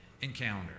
encounter